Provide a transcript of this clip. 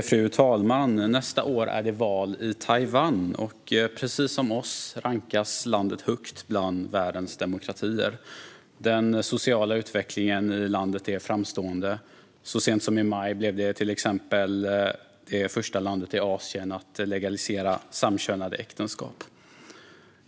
Fru talman! Nästa år är det val i Taiwan. Precis som Sverige rankas landet högt bland världens demokratier. Den sociala utvecklingen i landet är framstående. Så sent som i maj blev det till exempel första landet i Asien att legalisera samkönade äktenskap.